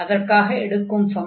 அதற்காக எடுக்கும் function 1x 1